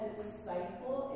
disciple